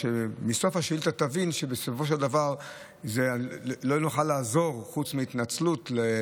מסוף השאילתה תבין שבסופו של דבר לא נוכל לעזור לגב'